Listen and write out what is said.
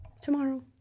tomorrow